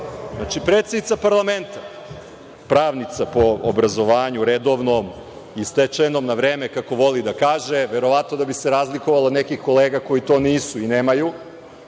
čule. Znači, predsednica parlamenta, pravnica po obrazovanju, redovnom, i stečenom na vreme, kako voli da kaže, verovatno da bi se razlikovala od nekih kolega koji to nisu i nemaju.